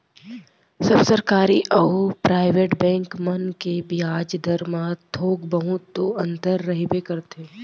सब सरकारी अउ private bank मन के बियाज दर म थोक बहुत तो अंतर रहिबे करथे